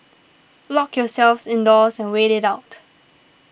lock yourselves indoors and wait it out